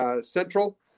Central